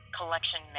collection